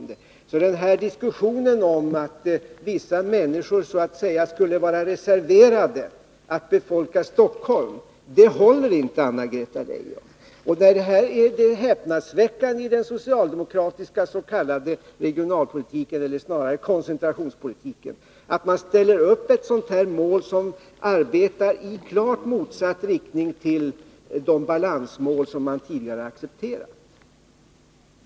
Diskussionen om att vissa människor så att säga skulle vara reserverade att befolka Stockholm håller inte, Anna-Greta Leijon. Det häpnadsväckande i den socialdemokratiska s.k. regionalpolitiken eller snarare koncentrationspolitiken är att man ställer upp ett sådant här mål i klart motsatt riktning mot det balansmål som man tidigare har accepterat.